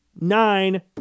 nine